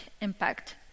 impact